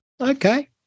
Okay